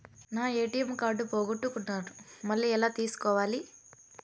నా ATM card పోగొట్టుకున్నాను, మళ్ళీ ఎలా తీసుకోవాలి?